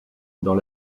dans